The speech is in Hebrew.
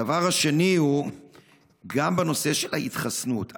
הדבר השני, גם בנושא ההתחסנות.